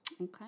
Okay